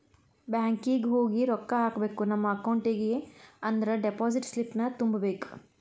banking ಹೋಗಿ ರೊಕ್ಕ ಹಾಕ್ಕೋಬೇಕ್ ನಮ ಅಕೌಂಟಿಗಿ ಅಂದ್ರ ಡೆಪಾಸಿಟ್ ಸ್ಲಿಪ್ನ ತುಂಬಬೇಕ್